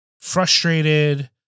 frustrated